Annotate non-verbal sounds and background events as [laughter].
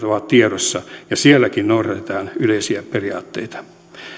[unintelligible] ovat tiedossa ja sielläkin noudatetaan yleisiä periaatteita